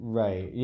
right